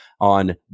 on